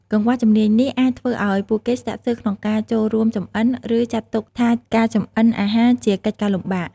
កង្វះជំនាញនេះអាចធ្វើឱ្យពួកគេស្ទាក់ស្ទើរក្នុងការចូលរួមចម្អិន ឬចាត់ទុកថាការចម្អិនអាហារជាកិច្ចការលំបាក ។